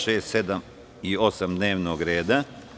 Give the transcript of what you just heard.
6, 7. i 8. dnevnog reda.